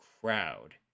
crowd